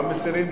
גם מסירים?